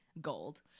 gold